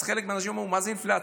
אז חלק מהאנשים אמרו: מה זה אינפלציה?